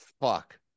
Fuck